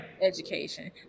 Education